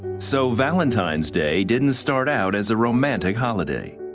so valentine's day didn't start out as a romantic holiday.